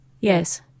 Yes